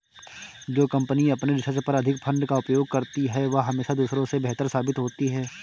जो कंपनी अपने रिसर्च पर अधिक फंड का उपयोग करती है वह हमेशा दूसरों से बेहतर साबित होती है